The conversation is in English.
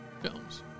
films